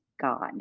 God